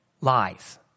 lies